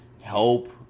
help